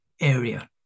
area